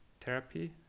therapy